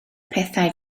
pethau